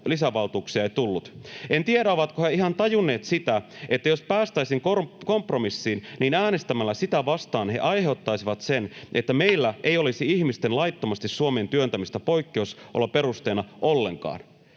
lisävaltuuksia ei tullut. En tiedä, ovatko he ihan tajunneet sitä, että jos päästäisiin kompromissiin, niin äänestämällä sitä vastaan he aiheuttaisivat sen, että meillä ei olisi ihmisten laittomasti Suomeen työntämistä poikkeus-oloperusteena ollenkaan.”